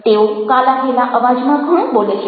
તેઓ કાલાઘેલા અવાજમાં ઘણું બોલે છે